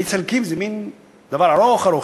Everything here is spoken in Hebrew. מאיץ חלקיקים זה מין דבר ארוך-ארוך,